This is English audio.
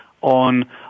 on